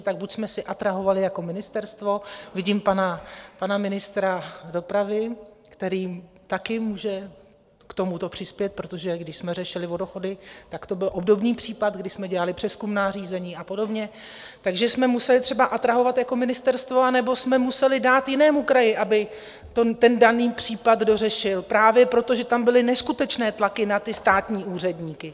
Tak buď jsme si atrahovali jako ministerstvo vidím pana ministra dopravy, který také může k tomuto přispět, protože když jsme řešili Vodochody, tak to byl obdobný případ, kdy jsme dělali přezkumná řízení a podobně takže jsme museli třeba atrahovat jako ministerstvo, nebo jsme museli dát jinému kraji, aby ten daný případ dořešil, právě proto, že tam byly neskutečné tlaky na ty státní úředníky.